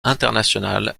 international